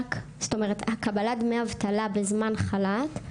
דמי אבטלה בזמן חל"ת,